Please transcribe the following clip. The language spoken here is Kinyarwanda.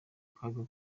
kaga